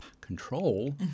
control